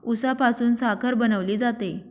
उसापासून साखर बनवली जाते